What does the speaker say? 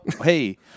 hey